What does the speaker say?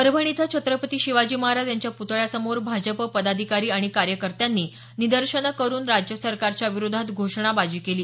परभणी इथं छत्रपती शिवाजी महाराज यांच्या पुतळ्यासमोर भाजप पदाधिकारी आणि कार्यकर्त्यांनी निदर्शन करुन राज्य सरकारच्या विरोधात घोषणाबाजी केली